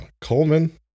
coleman